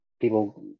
people